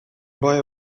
boy